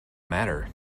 matter